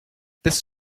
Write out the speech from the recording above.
this